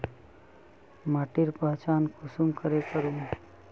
माटिर पहचान कुंसम करे करूम?